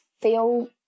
feel